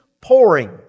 pouring